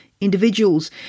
individuals